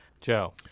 Joe